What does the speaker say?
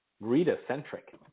reader-centric